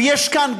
ויש כאן,